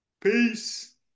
Peace